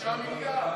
6 מיליארד.